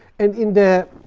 and in the